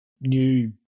new